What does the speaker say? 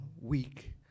weak